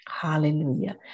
Hallelujah